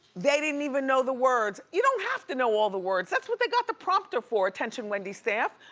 they didn't even know the words. you don't have to know all the words. that's what they got the prompter for, attention wendy staff.